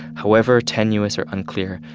however tenuous or unclear,